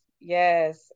Yes